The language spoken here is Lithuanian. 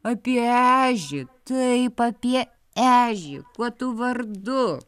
apie ežį taip apie ežį kuo tu vardu